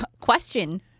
question